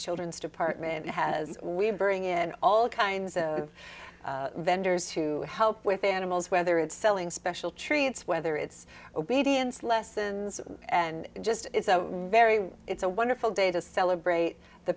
children's department has we bring in all kinds of vendors to help with animals whether it's selling special treats whether it's obedience lessons and just very it's a wonderful day to celebrate the